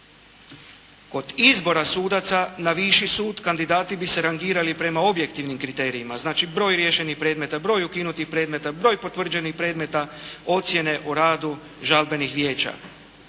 Kod izbora sudaca na viši sud kandidati bi se rangirali prema objektivnim kriterijima. Znači, broj riješenih predmeta, broj ukinutih predmeta, broj potvrđenih predmeta, ocjene o radu žalbenih vijeća.